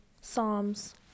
Psalms